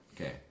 Okay